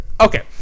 Okay